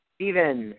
Steven